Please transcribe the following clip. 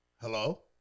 Hello